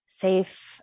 safe